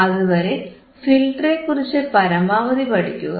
അതുവരെ ഫിൽറ്ററുകളെക്കുറിച്ച് പരമാവധി പഠിക്കുക